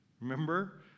Remember